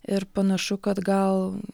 ir panašu kad gal